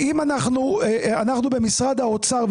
במשרד האוצר,